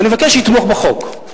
ואני מבקש לתמוך בהצעת החוק.